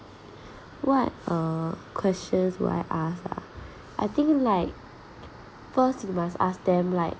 what uh questions would I ask ah I think like first you must ask them like